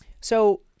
So-